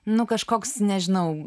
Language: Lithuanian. nu kažkoks nežinau